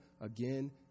again